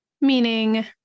meaning